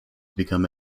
become